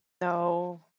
No